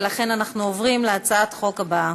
ולכן אנחנו עוברים להצעת חוק הבאה.